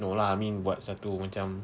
no lah I mean buat satu macam